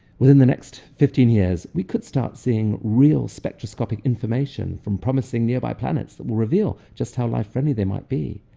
within the next fifteen years, we could start seeing real spectroscopic information from promising nearby planets that will reveal just how life-friendly they might be.